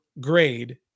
grade